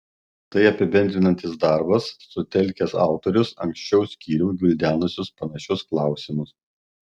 tai apibendrinantis darbas sutelkęs autorius anksčiau skyrium gvildenusius panašius klausimus